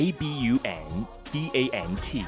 Abundant